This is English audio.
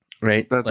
Right